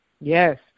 Yes